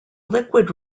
liquid